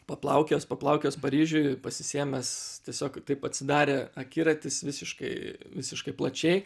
paplaukiojęs paplaukiojęs paryžiuj pasisėmęs tiesiog taip atsidarė akiratis visiškai visiškai plačiai